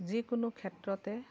যিকোনো ক্ষেত্ৰতে